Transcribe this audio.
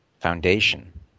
foundation